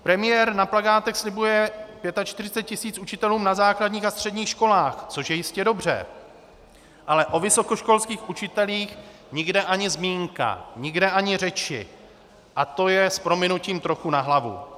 Premiér na plakátech slibuje 45 tisíc učitelům na základních a středních školách, což je jistě dobře, ale o vysokoškolských učitelích nikde ani zmínka, nikde ani řeči, a to je s prominutím trochu na hlavu.